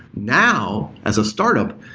now, as a startup,